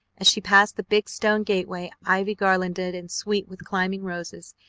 as she passed the big stone gateway, ivy garlanded and sweet with climbing roses,